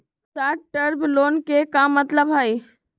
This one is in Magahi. शार्ट टर्म लोन के का मतलब हई?